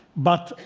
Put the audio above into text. but,